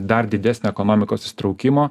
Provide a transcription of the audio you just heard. dar didesnio ekonomikos traukimo